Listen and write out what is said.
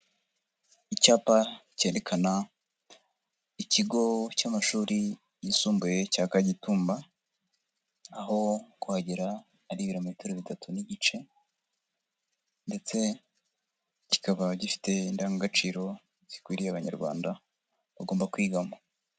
Icyapa cyerekana ikigo cy'amashuri yisumbuye cya Kagitumba aho kuhagera ari ibirometero bitatu n'igice ndetse kikaba gifite indangagaciro zikwiriye abanyarwanda bagomba kwigamo.